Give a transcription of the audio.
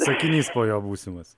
sakinys po jo būsimas